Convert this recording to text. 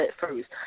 first